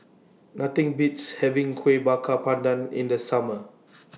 Nothing Beats having Kuih Bakar Pandan in The Summer